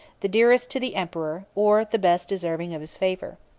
the dearest to the emperor, or the best deserving of his favor.